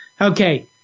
Okay